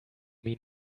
mean